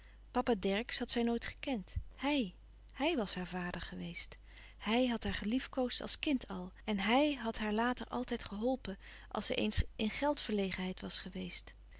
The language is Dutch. papa dercksz had zij nooit gekend hij hij was haar vader geweest hij had haar geliefkoosd als kind al en hij had haar later altijd geholpen als ze eens in geldverlegenheid was geweest